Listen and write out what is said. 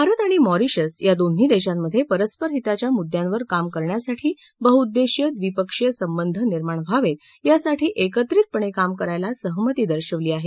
भारत आणि मॉरिशस या दोन्ही देशांमध्ये परस्पर हिताच्या मुद्यांवर काम करण्यासाठी बहुउद्देशी द्विपक्षीय संबंध निर्माण व्हावेत यासाठी एकत्रितपणे काम करायला सहमती दर्शवली आहे